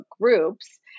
groups